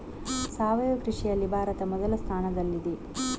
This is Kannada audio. ಸಾವಯವ ಕೃಷಿಯಲ್ಲಿ ಭಾರತ ಮೊದಲ ಸ್ಥಾನದಲ್ಲಿದೆ